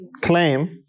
claim